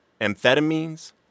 amphetamines